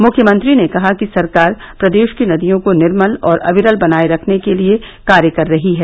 मुख्यमंत्री ने कहा कि सरकार प्रदेश की नदियों को निर्मल और अविरल बनाए रखने के लिए कार्य कर रही है